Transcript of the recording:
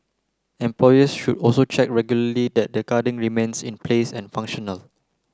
employers should also check regularly that the guarding remains in place and functional